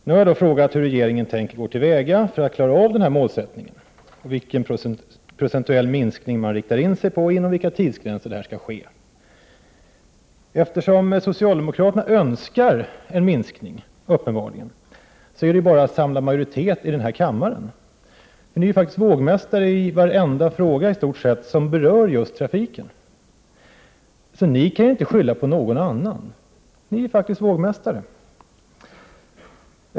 Nu har jag frågat hur regeringen tänker gå till väga för att klara denna målsättning, vilken procentuell minskning man riktar in sig på och inom vilka tidsgränser detta skall ske. Eftersom socialdemokraterna uppenbarligen önskar en minskning är det bara att samla majoritet i denna kammare. Ni är ju faktiskt vågmästare i stort sett i varenda fråga som berör just trafiken. Ni kan inte skylla på någon annan. Ni är faktiskt vågmästare.